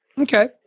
Okay